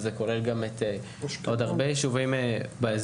וזה כולל גם עוד הרבה יישובים באזור.